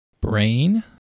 Brain